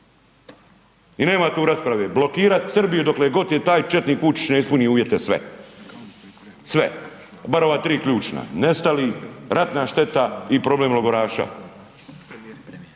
I nema tu rasprave, blokirati Srbiju dokle god je taj četnik Vučić ne ispuni uvjete sve, sve, bar ova tri ključna, nestali, ratna šteta i problem logoraša. I ja bih